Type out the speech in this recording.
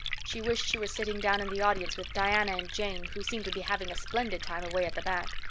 she wished she were sitting down in the audience with diana and jane, who seemed to be having a splendid time away at the back.